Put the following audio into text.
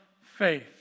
faith